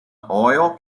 oil